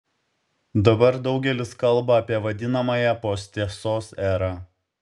dabar daugelis kalba apie vadinamąją posttiesos erą